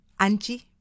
Anji